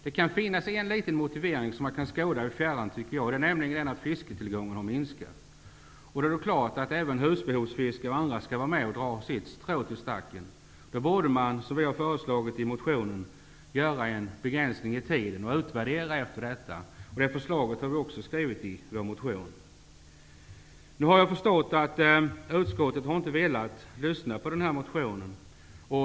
Det kan finnas en liten motivering som man kan skåda i fjärran. Fisketillgången har nämligen minskat. Det är klart att även husbehovsfiskare och andra skall vara med och dra sitt strå till stacken. Man borde, som jag har föreslagit i motionen, göra en begränsning i tid och utvärdera. Det förslaget finns med i vår motion. Nu har jag förstått att utskottet inte har velat ta hänsyn till den här motionen.